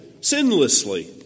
sinlessly